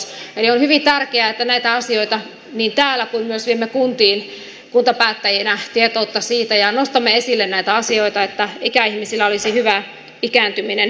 eli on hyvin tärkeää että näitä asioita nostamme esiin niin täällä kuin myös kunnissa kuntapäättäjinä viemme sinne tietoutta siitä ja nostamme esille näitä asioita että ikäihmisillä olisi hyvä ikääntyminen